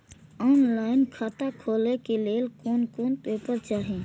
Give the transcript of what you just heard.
Online खाता खोले के लेल कोन कोन पेपर चाही?